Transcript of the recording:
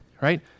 Right